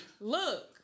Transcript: Look